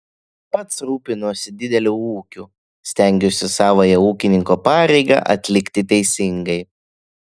pats rūpinuosi dideliu ūkiu stengiuosi savąją ūkininko pareigą atlikti teisingai